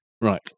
Right